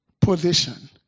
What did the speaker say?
position